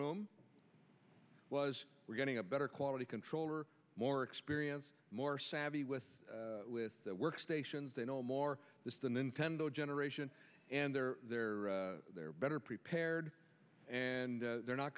room was we're getting a better quality control or more experience more savvy with with that workstations they know more this is the nintendo generation and they're there they're better prepared and they're not